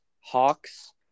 Hawks